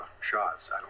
shots